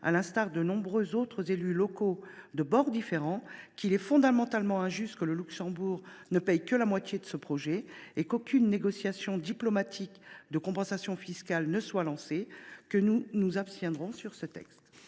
à l’instar de nombreux autres élus locaux de bords différents, qu’il est fondamentalement injuste que le Luxembourg ne paie que la moitié de ce projet et qu’aucune négociation diplomatique pour obtenir une compensation fiscale ne soit lancée. Aussi, nous nous abstiendrons sur ce texte.